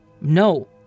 no